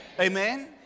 Amen